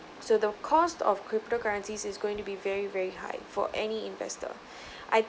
so the cost of crypto currencies is going to be very very high for any investor I